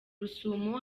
rusumo